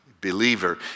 believer